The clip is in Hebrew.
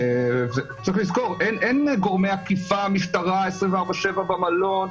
צריך לזכור שאין גורמי אכיפה, משטרה, 24/7 במלון.